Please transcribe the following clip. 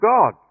God